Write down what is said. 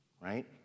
right